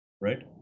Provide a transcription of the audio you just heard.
right